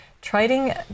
trading